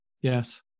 Yes